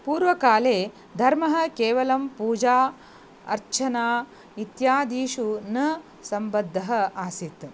पूर्वकाले धर्मः केवलं पूजा अर्चना इत्यादिषु न सम्बद्धः आसीत्